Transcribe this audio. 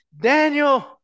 Daniel